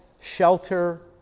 shelter